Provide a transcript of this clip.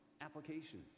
Application